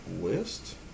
list